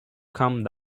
come